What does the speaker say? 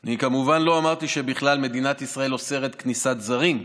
אני כמובן לא אמרתי שמדינת ישראל בכלל אוסרת כניסת זרים,